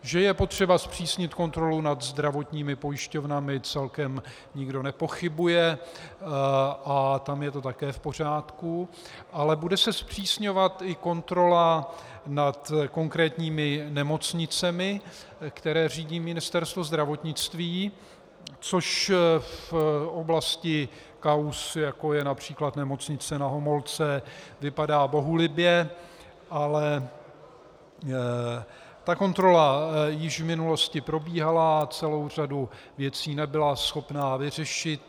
Že je potřeba zpřísnit kontrolu nad zdravotními pojišťovnami, celkem nikdo nepochybuje a tam je to také v pořádku, ale bude se zpřísňovat i kontrola nad konkrétními nemocnicemi, které řídí Ministerstvo zdravotnictví, což v oblasti kauz, jako je například Nemocnice Na Homolce, vypadá bohulibě, ale ta kontrola již v minulosti probíhala, celou řadu věcí nebyla schopna vyřešit.